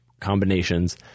combinations